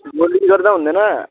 भोलि गर्दा हुँदैन